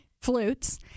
Flutes